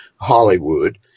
Hollywood